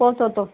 पोचवतो